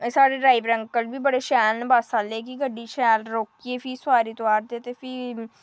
साढ़े driver uncle बी बड़े शैल न बस्स आह्ले कि गड्डी शैल रोक्कियै फ्ही सोआरी तुआरदे ते फ्ही